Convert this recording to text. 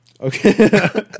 Okay